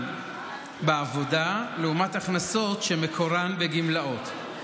בעבודה לעומת הכנסות שמקורן בגמלאות.